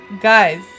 Guys